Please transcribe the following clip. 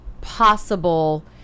possible